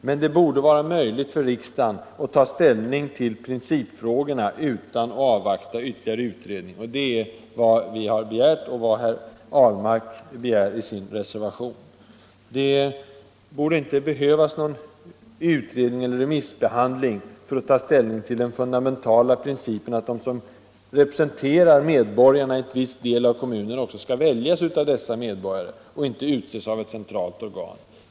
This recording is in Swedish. Men det borde vara möjligt för riksdagen att ta ställning till principfrågorna utan att avvakta ytterligare utredning, och det är vad jag har begärt och vad herr Ahlmark begär i sin reservation. Det borde inte behövas någon utredning eller remissbehandling för att man skall kunna ta ställning till den fundamentala principen att de som representerar medborgarna i en viss del av kommunen också skall: väljas av dessa medborgare och inte utses av ett centralt organ.